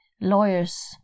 lawyers